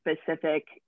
specific